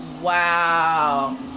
Wow